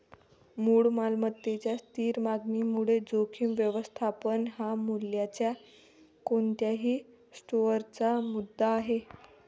मूळ मालमत्तेच्या स्थिर मागणीमुळे जोखीम व्यवस्थापन हा मूल्याच्या कोणत्याही स्टोअरचा मुद्दा आहे